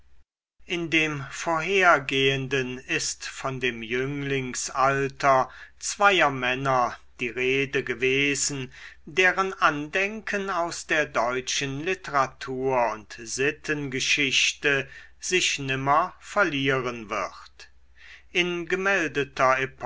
in dem vorhergehenden ist von dem jünglingsalter zweier männer die rede gewesen deren andenken aus der deutschen literatur und sittengeschichte sich nimmer verlieren wird in gemeldeter